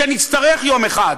שנצטרך יום אחד,